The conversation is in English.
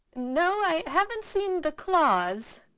no, i haven't seen the claws.